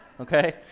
okay